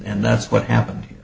and that's what happened here